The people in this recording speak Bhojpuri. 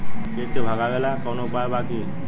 कीट के भगावेला कवनो उपाय बा की?